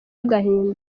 agahinda